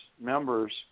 members